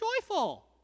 joyful